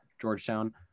Georgetown